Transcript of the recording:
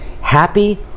happy